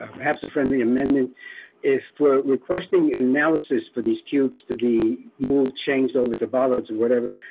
um perhaps a friendly amendment if we're requesting analysis for these cubes to be moved changed over the bollards whatever.